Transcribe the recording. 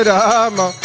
Rama